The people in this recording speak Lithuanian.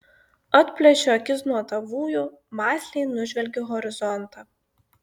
atplėšiu akis nuo tavųjų mąsliai nužvelgiu horizontą